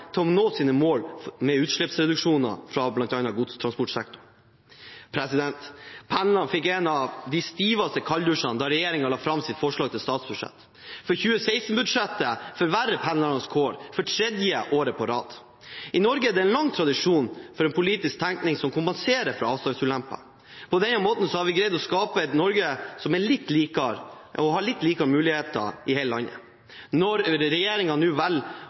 til å nå sine mål for utslippsreduksjoner fra bl.a. godstransportsektoren. Pendlerne fikk en av de stiveste kalddusjene da regjeringen la fram sitt forslag til statsbudsjett. 2016-budsjettet forverrer pendlernes kår for tredje år på rad. I Norge er det lang tradisjon for en politisk tenkning som kompenserer for avstandsulemper. På denne måten har vi greid å skape et Norge som har litt likere muligheter i hele landet. Når regjeringen nå